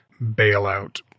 bailout